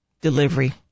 delivery